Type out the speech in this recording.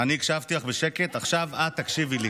אני הקשבתי לך בשקט, עכשיו את תקשיבי לי.